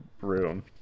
room